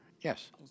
Yes